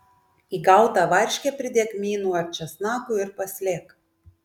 į gautą varškę pridėk kmynų ar česnakų ir paslėk